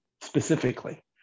Specifically